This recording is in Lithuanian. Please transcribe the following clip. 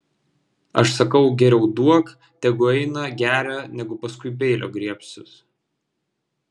aš sakau geriau duok tegu eina geria negu paskui peilio griebsis